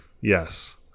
Yes